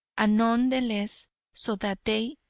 and none the less so that they,